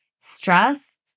Stress